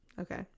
Okay